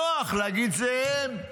נוח להגיד: זה הם.